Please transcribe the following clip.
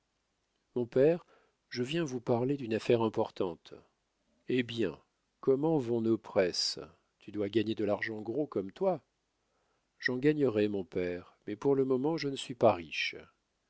mon père je viens vous parler d'une affaire importante eh bien comment vont nos presses tu dois gagner de l'argent gros comme toi j'en gagnerai mon père mais pour le moment je ne suis pas riche